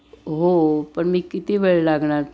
हो पण मी किती वेळ लागणार